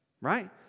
Right